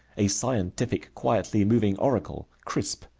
a scientific, quietly moving oracle, crisp,